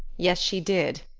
yes, she did,